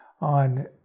on